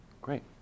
Great